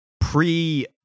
pre